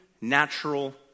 natural